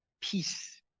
peace